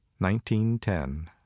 1910